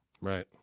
right